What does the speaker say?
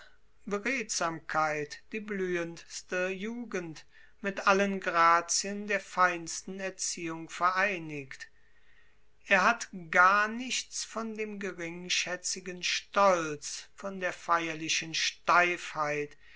beredsamkeit die blühendste jugend mit allen grazien der feinsten erziehung vereinigt er hat gar nichts von dem geringschätzigen stolz von der feierlichen steifheit